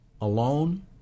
alone